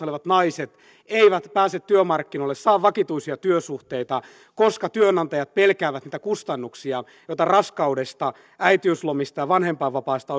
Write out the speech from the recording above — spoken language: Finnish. olevat naiset eivät pääse työmarkkinoille saa vakituisia työsuhteita koska työnantajat pelkäävät niitä kustannuksia joita raskaudesta äitiyslomista ja vanhempainvapaista